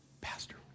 Pastor